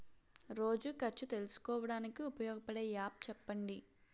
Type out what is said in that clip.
రోజు ఖర్చు తెలుసుకోవడానికి ఉపయోగపడే యాప్ చెప్పండీ?